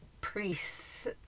priests